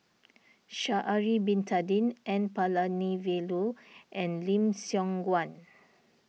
Sha'ari Bin Tadin N Palanivelu and Lim Siong Guan